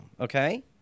okay